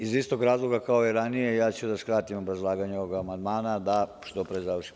Iz istog razloga, kao i ranije, ja ću da skratim obrazlaganje ovoga amandmana, da što pre završimo.